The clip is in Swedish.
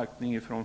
att finnas kvar.